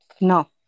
No